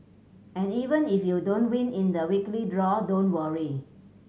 and even if you don't win in the weekly draw don't worry